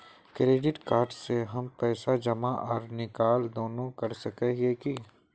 Credit card से हम पैसा जमा आर निकाल दोनों कर सके हिये की?